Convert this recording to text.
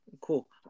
cool